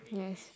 yes